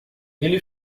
ele